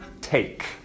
Take